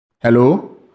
Hello